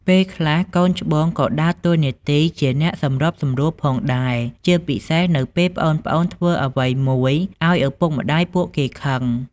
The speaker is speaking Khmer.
ពេលខ្លះទៀត កូនច្បងក៏ដើរតួនាទីជាអ្នកសម្របសម្រួលផងដែរ ជាពិសេសនៅពេលប្អូនៗធ្វើអ្វីមួយឱ្យឪពុកម្ដាយពួកគេខឹង។